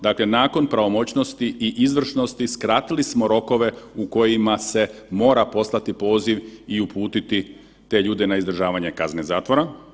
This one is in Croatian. Dakle, nakon pravomoćnosti i izvršnosti skratili smo rokove u kojima se mora poslati poziv i uputiti te ljude na izdržavanje kazne zatvora.